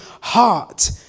heart